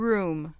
Room